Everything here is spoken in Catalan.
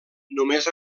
només